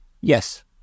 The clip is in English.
Yes